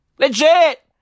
Legit